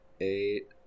eight